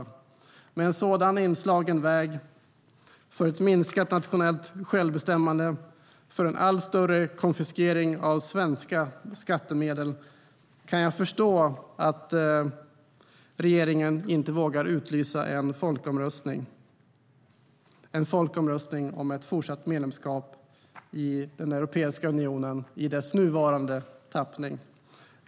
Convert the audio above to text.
Med en sådan inslagen väg för ett minskat nationellt självbestämmande och en allt större konfiskering av svenska skattemedel kan jag förstå att regeringen inte vågar utlysa en folkomröstning om fortsatt medlemskap i Europeiska unionen i dess nuvarande tappning.